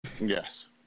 Yes